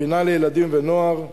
פינה לילדים ונוער,